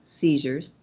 seizures